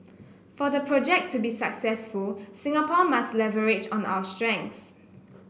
for the project to be successful Singapore must leverage on our strengths